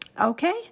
Okay